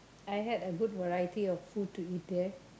I had a good variety of food to eat there